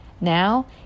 Now